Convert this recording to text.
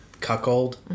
cuckold